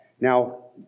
Now